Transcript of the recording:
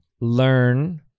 learn